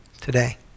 today